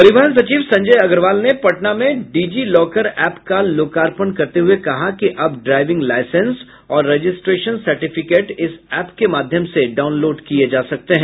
परिवहन सचिव संजय अग्रवाल ने पटना में डिजिलॉकर एप्प का लोकार्पण करते हुए कहा कि अब ड्राइविंग लाइसेंस और रजिस्ट्रेशन सार्टिफिकेट इस एप्प के माध्यम से डाउनलोड किया जा सकता है